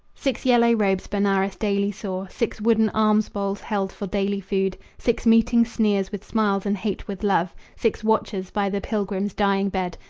six yellow robes benares daily saw, six wooden alms-bowls held for daily food, six meeting sneers with smiles and hate with love, six watchers by the pilgrim's dying bed,